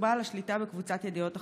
הוא בעל השליטה בקבוצת ידיעות אחרונות",